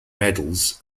medals